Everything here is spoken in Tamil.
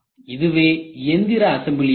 இதுவே எந்திர அசம்பிளி ஆகும்